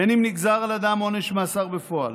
בין אם נגזר על אדם עונש מאסר בפועל